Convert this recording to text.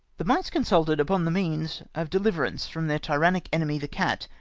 the mice consulted upon the means of de liverance from their tyrannic enemy the cat,